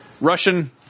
russian